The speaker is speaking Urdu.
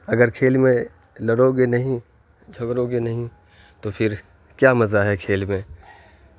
اگر کھیل میں لڑو گے نہیں جھگڑو گے نہیں تو پھر کیا مزہ ہے کھیل میں